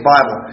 Bible